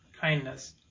kindness